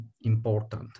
important